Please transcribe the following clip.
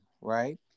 right